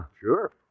Sure